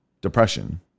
depression